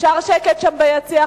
אפשר שקט שם ביציע?